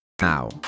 Now